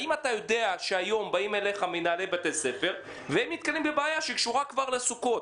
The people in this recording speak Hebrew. האם היום באים אליך מנהלי בתי ספר והם נתקלים בבעיה שקשורה כבר לסוכות?